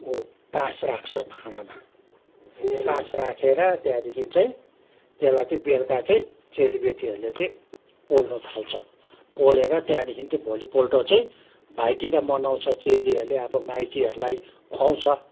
ऊ पास राख्छ भाँडामा पास राखेर त्यहाँदेखि चाहिँ त्यसलाई चाहिँ बेलका चाहिँ चेलीबेटीहरूले चाहिँ पोल्नु थाल्छ पोलेर त्यहाँदेखि भोलिपल्ट चाहिँ भाइटिका मनाउँछ चेलीहरूले अब माइतीहरूलाई खुवाउँछ